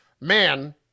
man